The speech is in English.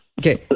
Okay